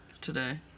today